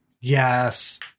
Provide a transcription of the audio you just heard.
Yes